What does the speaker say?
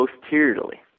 posteriorly